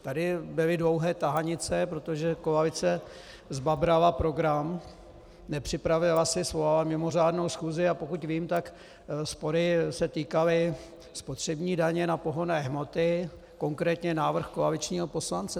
Tady byly dlouhé tahanice, protože koalice zbabrala program, nepřipravila se, svolala mimořádnou schůzi, a pokud vím, tak spory se týkaly spotřební daně na pohonné hmoty, konkrétně návrh koaličního poslance.